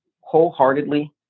wholeheartedly